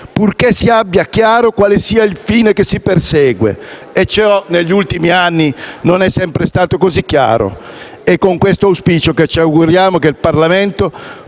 purché si abbia chiaro quale sia il fine che si persegue, e ciò negli ultimi anni non è sempre stato così chiaro. È con questo auspicio che ci auguriamo che il Parlamento